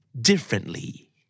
Differently